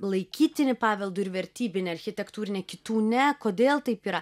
laikytini paveldu ir vertybine architektūrine kitų ne kodėl taip yra